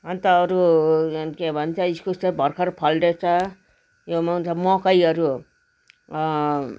अन्त अरू के भन्छ इस्कुस त भर्खर फल्दैछ यो मकैहरू